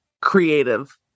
creative